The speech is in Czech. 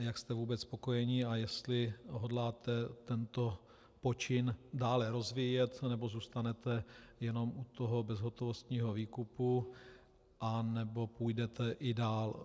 Jak jste vůbec spokojeni a jestli hodláte tento počin dále rozvíjet, nebo zůstanete jenom u toho bezhotovostního výkupu, anebo půjdete i dál.